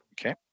Okay